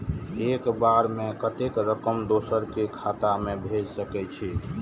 एक बार में कतेक रकम दोसर के खाता में भेज सकेछी?